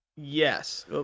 yes